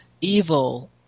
evil